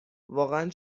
واقعا